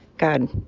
God